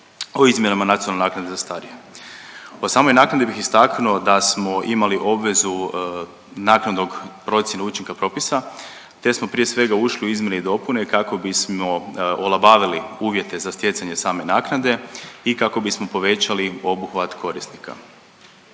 o izmjenama nacionalne naknade za starije. O samoj naknadi bih istaknuo da smo imali obvezu naknadnog procjene učinka propisa, te smo prije svega ušli u izmjene i dopune kako bismo olabavili uvjete za stjecanje same naknade i kako bismo povećali obuhvat korisnika.